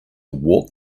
walk